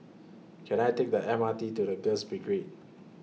Can I Take The M R T to The Girls